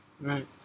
right